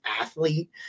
athlete